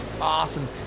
awesome